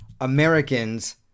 Americans